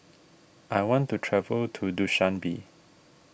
I want to travel to Dushanbe